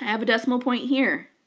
i have a decimal point here,